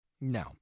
No